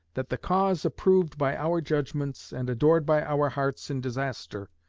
that the cause approved by our judgments and adored by our hearts in disaster,